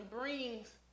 brings